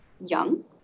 young